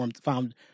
found—